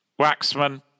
Waxman